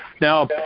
Now